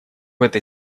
этой